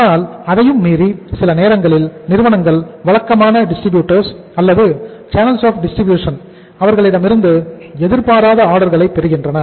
ஆனால் அதையும் மீறி சில நேரங்களில் நிறுவனங்கள் வழக்கமான டிஸ்ட்ரிபியூட்டர்ஸ் அவர்களிடமிருந்து எதிர்பாராத ஆர்டர்களை பெறுகின்றன